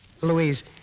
Louise